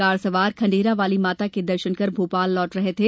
car सवार खंडेरा वाली माता के दर्शन कर भोपाल लौट रहे थे